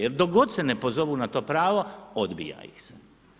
Jer dok god se ne pozovu na to pravo, odbija im se.